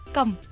Come